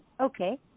Okay